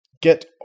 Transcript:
get